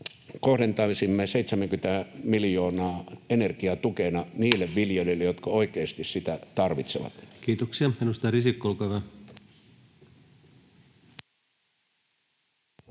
kohdentaisimme 70 miljoonaa energiatukena niille viljelijöille, jotka oikeasti sitä tarvitsevat. Kiitoksia. — Edustaja Risikko, olkaa hyvä.